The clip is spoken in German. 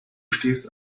stehst